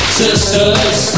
sisters